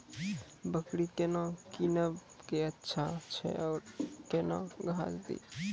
बकरी केना कीनब केअचछ छ औरू के न घास दी?